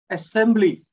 Assembly